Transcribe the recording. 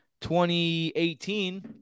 2018